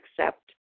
accept